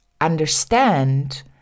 understand